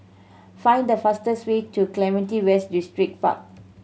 find the fastest way to Clementi West Distripark